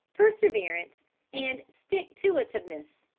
perseverance and stick-to-ativeness.